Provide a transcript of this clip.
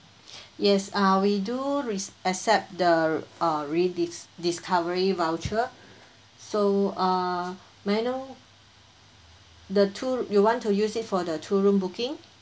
yes uh we do re s~ accept the err redis~ discovery voucher so err may I know the two r~ you want to use it for the two room booking